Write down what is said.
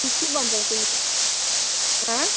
कि के भन्छौ तिमी हँ